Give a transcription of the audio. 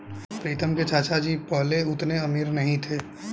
प्रीतम के चाचा जी पहले उतने अमीर नहीं थे